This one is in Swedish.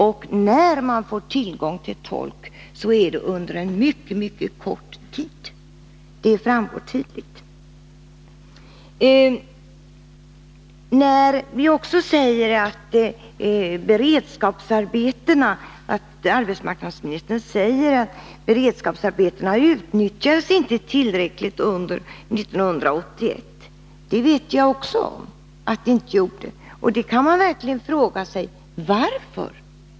Och när man får tillgång till tolk, så är det under en mycket, mycket kort tid. Det framgår tydligt. Arbetsmarknadsministern säger att beredskapsarbetena inte utnyttjades tillräckligt under 1981. Det vet jag också att de inte gjorde. Man kan verkligen fråga sig varför.